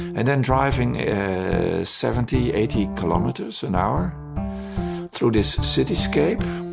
and then driving seventy, eighty kilometers an hour through this cityscape,